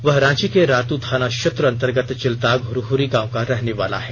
वह रांची के रातू थाना क्षेत्र अंतर्गत चिलदाग हुहुरी गांव का रहने वाला है